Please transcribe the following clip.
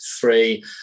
three